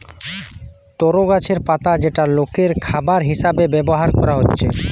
তরো গাছের পাতা যেটা লোকের খাবার হিসাবে ব্যভার কোরা হচ্ছে